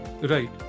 Right